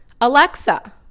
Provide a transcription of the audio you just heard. Alexa